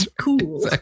Cool